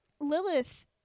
Lilith